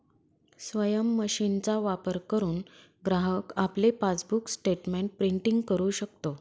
स्वयम मशीनचा वापर करुन ग्राहक आपले पासबुक स्टेटमेंट प्रिंटिंग करु शकतो